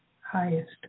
highest